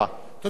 תודה רבה.